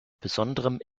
besonderem